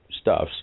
stuffs